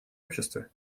обществе